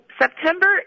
September